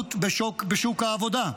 ההתערבות בשוק העבודה?